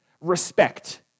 Respect